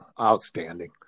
Outstanding